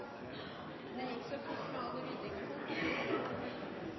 endrar ikkje på